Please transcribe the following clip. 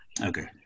Okay